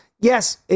yes